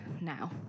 now